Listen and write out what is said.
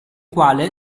quale